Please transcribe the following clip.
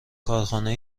کارخانه